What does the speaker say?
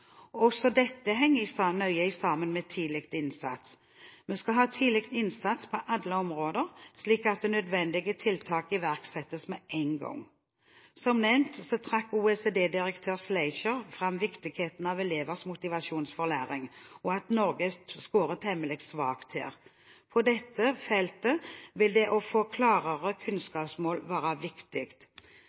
Også dette henger nøye sammen med tidlig innsats. Vi skal ha tidlig innsats på alle områder, slik at nødvendige tiltak iverksettes med en gang. Som nevnt trakk OECD-direktør Schleicher fram viktigheten av elevers motivasjon for læring, og at Norge scorer temmelig svakt her. På dette feltet vil det å få klarere kunnskapsmål være viktig.